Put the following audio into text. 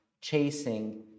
chasing